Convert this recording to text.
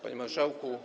Panie Marszałku!